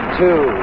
two